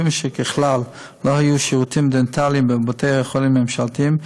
כיוון שככלל לא היו שירותים דנטליים בבתי-החולים הממשלתיים,